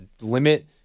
limit